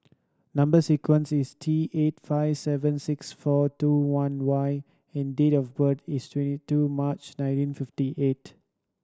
number sequence is T eight five seven six four two one Y and date of birth is twenty two March nineteen fifty eight